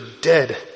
dead